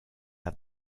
have